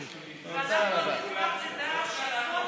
לא, כי הרבה פעמים גם אתם